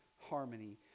harmony